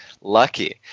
lucky